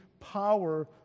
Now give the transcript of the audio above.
power